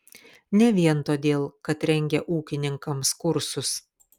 ne vien todėl kad rengia ūkininkams kursus